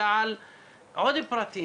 אלא גם על עוד פרטים,